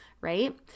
right